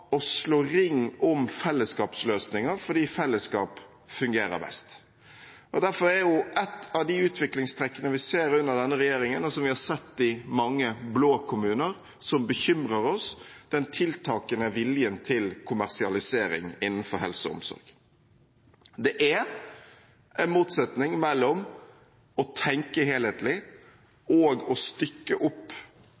å slå ring om fellesskapsløsninger, fordi fellesskap fungerer best. Derfor er ett av de utviklingstrekkene vi ser under denne regjeringen, og som vi har sett i mange blå kommuner, som bekymrer oss, den tiltakende viljen til kommersialisering innenfor helse og omsorg. Det er en motsetning mellom å tenke helhetlig og å stykke opp